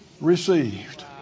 Received